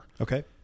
Okay